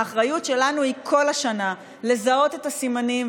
האחריות שלנו היא כל השנה לזהות את הסימנים,